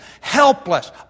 Helpless